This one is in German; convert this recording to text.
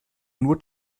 nur